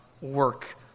work